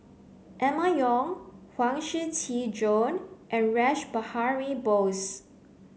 Emma Yong Huang Shiqi Joan and Rash Behari Bose